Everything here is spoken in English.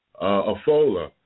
Afola